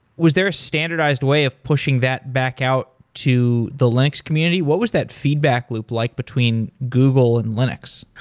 was there a standardized way of pushing that back out to the linux community? what was that feedback loop like between google and linux?